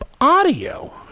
Audio